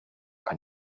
kann